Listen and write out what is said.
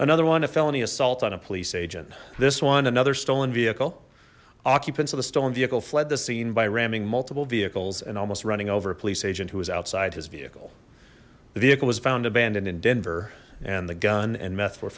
another one a felony assault on a police agent this one another stolen vehicle occupants of the stolen vehicle fled the scene by ramming multiple vehicles and almost running over a police agent who was outside his vehicle the vehicle was found abandoned in denver and the gun and met